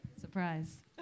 Surprise